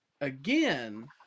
again